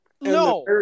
no